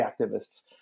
activists